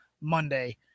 Monday